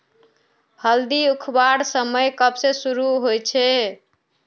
हल्दी उखरवार समय कब से शुरू होचए?